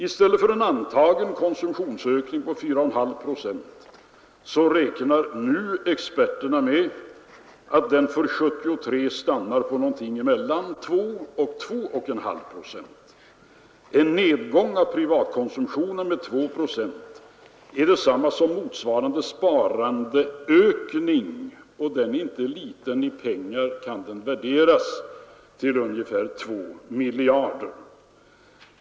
I stället för en antagen konsumtionsökning på 4,5 procent räknar nu experterna med att den för 1973 stannar på någonting mellan 2 och 2,5 procent. En nedgång av privatkonsumtionen med 2 procent är detsamma som motsvarande sparandeökning, och den är inte liten. I pengar kan den värderas till ungefär två miljarder.